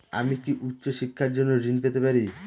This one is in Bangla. আমি কি উচ্চ শিক্ষার জন্য ঋণ পেতে পারি?